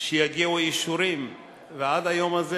שיגיעו אישורים ועד היום הזה